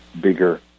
bigger